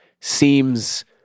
seems